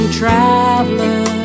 traveler